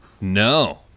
No